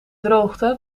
droogte